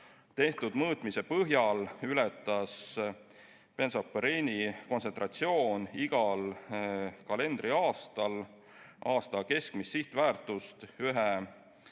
Tehtud mõõtmiste põhjal ületas bensopüreeni kontsentratsioon igal kalendriaastal aasta keskmist sihtväärtust ühe